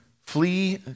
flee